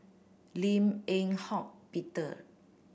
Lim Eng Hock Peter